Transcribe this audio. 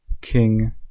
King